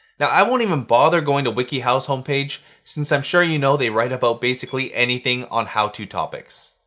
now, i won't even bother going to wikihow's homepage since i'm sure you know they write about basically anything on how to topics.